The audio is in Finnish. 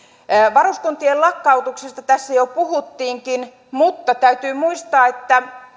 varuskuntien lakkautuksesta tässä jo puhuttiinkin mutta täytyy muistaa että